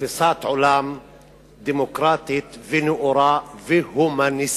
תפיסת עולם דמוקרטית ונאורה, והומניסטית,